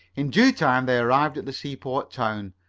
in due time they arrived at the seaport town,